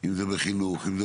אם זה בחינוך, אם זה